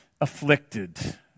afflicted